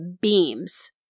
beams